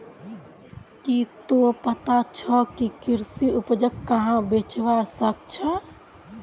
की तोक पता छोक के कृषि उपजक कुहाँ बेचवा स ख छ